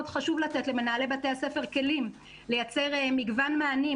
חשוב לתת למנהלי בתי הספר כלים לייצר מגוון מענים,